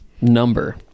number